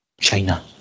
China